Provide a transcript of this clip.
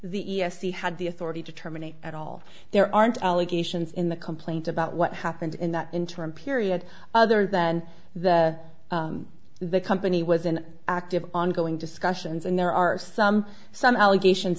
c had the authority to terminate at all there aren't allegations in the complaint about what happened in that interim period other than the the company was an active ongoing discussions and there are some some allegations